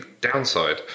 downside